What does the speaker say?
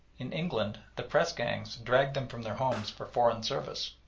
in england the press-gangs dragged them from their homes for foreign service.